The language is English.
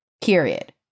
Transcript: Period